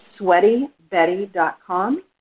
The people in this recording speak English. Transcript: SweatyBetty.com